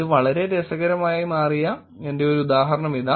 ഇത് വളരെ രസകരമായി മാറിയ എന്റെ ഉദാഹരണം ഇതാ